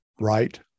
right